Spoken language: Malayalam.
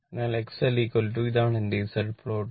അതിനാൽ XLഇതാണ് എന്റെ Z പ്ലോട്ട്